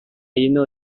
lleno